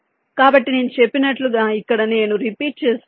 కాబట్టి నేను చెప్పినట్లుగా ఇక్కడ నేను రిపీట్ చేస్తున్నాను